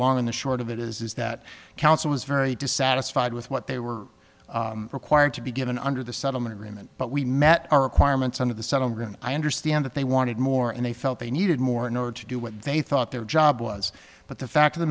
long and the short of it is that council was very dissatisfied with what they were required to be given under the settlement agreement but we met our requirements under the settlement i understand that they wanted more and they felt they needed more in order to do what they thought their job was but the fact of the